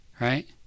Right